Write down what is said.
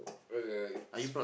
whether it's